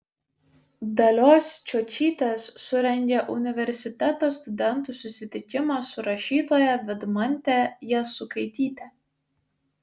dalios čiočytės surengė universiteto studentų susitikimą su rašytoja vidmante jasukaityte